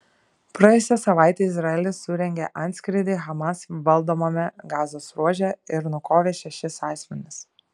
praėjusią savaitę izraelis surengė antskrydį hamas valdomame gazos ruože ir nukovė šešis asmenis